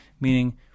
meaning